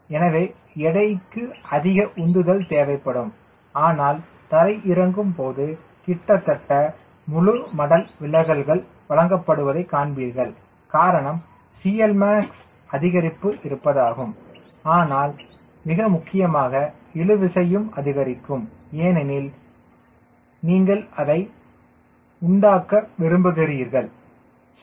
எனவே எடைக்கு அதிக உந்துதல் தேவைப்படும்ஆனால் தரையிறங்கும் போது கிட்டத்தட்ட முழு மடல் விலகல்கள் வழங்கப்படுவதைக் காண்பீர்கள் காரணம் CLmax அதிகரிப்பு இருப்பதாகும் ஆனால் மிக முக்கியமாக இழு விசையும் அதிகரிக்கும் ஏனெனில் நீங்கள் அதை உடைக்க விரும்புகிறீர்கள் சரி